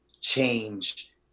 change